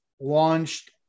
launched